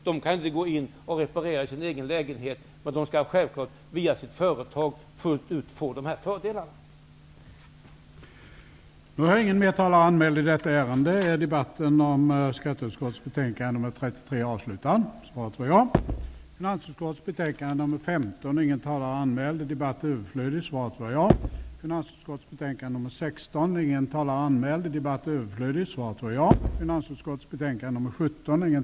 De kan inte reparera sin egen lägenhet och göra avdrag från fastighetsskatten, men de skall självklart via bostadsföretaget fullt ut få de fördelar som systemet ger.